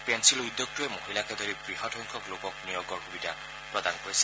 পেলিল উদ্যোগটোৱে মহিলাকে ধৰি বৃহৎসংখ্যক লোকক নিয়োগৰ সুবিধা প্ৰদান কৰিছে